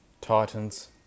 Titans